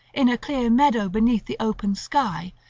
in a clear meadow beneath the open sky,